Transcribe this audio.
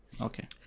okay